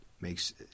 makes